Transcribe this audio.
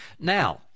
now